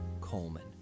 Coleman